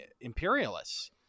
imperialists